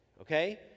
Okay